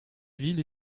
ville